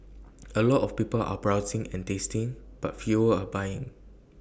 A lot of people are browsing and tasting but fewer are buying